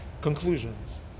conclusions